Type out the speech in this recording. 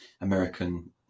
American